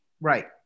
Right